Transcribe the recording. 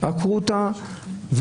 עקרו אותה,